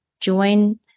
join